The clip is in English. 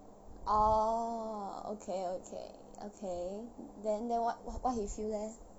orh okay okay okay then then what what what he feel leh